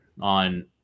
on